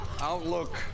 Outlook